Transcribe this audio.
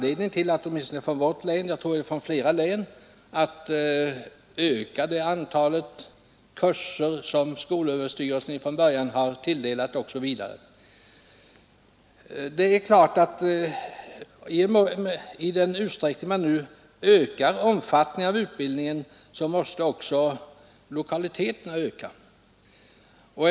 Man har därför åtminstone i vårt län — och jag tror att det gäller flera andra län — haft anledning att utöka det av skolöverstyrelsen från början tilldelade antalet kurser. I den utsträckning som man ökar omfattningen av utbildningen måste lokaliteterna utvidgas.